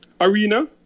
arena